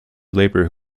labourer